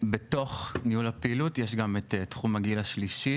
בתוך ניהול הפעילות יש גם את תחום הגיל השלישי,